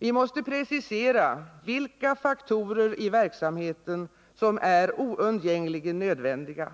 Vi måste precisera vilka faktorer i verksamheten som är oundgängligen nödvändiga,